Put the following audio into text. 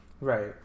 Right